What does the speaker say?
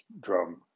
drum